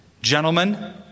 Gentlemen